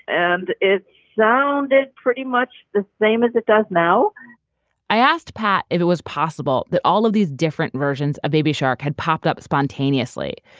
and it sounded pretty much the same as it does now i asked pat if it was possible that all of these different versions of baby shark had popped up spontaneously,